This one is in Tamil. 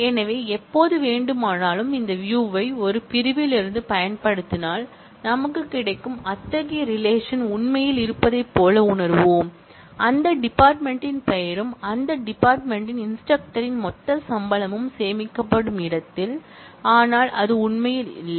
எனவே எப்போது வேண்டுமானாலும் இந்த வியூயை ஒரு பிரிவில் இருந்து பயன்படுத்தினால் நமக்குக் கிடைக்கும் அத்தகைய ரிலேஷன் உண்மையில் இருப்பதைப் போல உணருவோம் அந்தத் டிபார்ட்மென்ட் யின் பெயரும் அந்தத் டிபார்ட்மென்ட் யின் இன்ஸ்டிரக்டர் மொத்த சம்பளமும் சேமிக்கப்படும் இடத்தில் ஆனால் அது உண்மையில் இல்லை